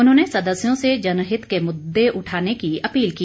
उन्होंने सदस्यों से जनहित के मुददे उठाने की अपील की